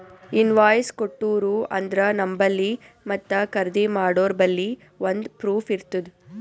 invoice ಕೊಟ್ಟೂರು ಅಂದ್ರ ನಂಬಲ್ಲಿ ಮತ್ತ ಖರ್ದಿ ಮಾಡೋರ್ಬಲ್ಲಿ ಒಂದ್ ಪ್ರೂಫ್ ಇರ್ತುದ್